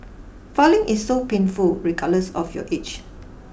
filing is so painful regardless of your age